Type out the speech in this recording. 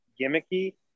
gimmicky